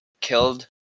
killed